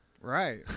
Right